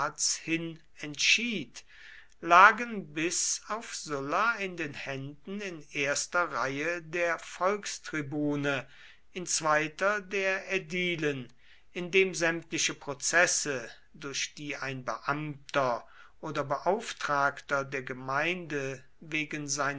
entschied lagen bis auf sulla in den händen in erster reihe der volkstribune in zweiter der ädilen indem sämtliche prozesse durch die ein beamter oder beauftragter der gemeinde wegen seiner